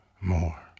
more